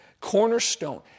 cornerstone